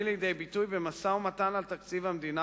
לידי ביטוי במשא-ומתן על תקציב המדינה,